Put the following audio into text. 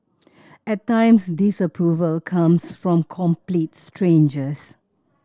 at times disapproval comes from complete strangers